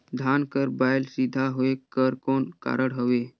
धान कर बायल सीधा होयक कर कौन कारण हवे?